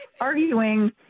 arguing